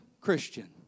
Christian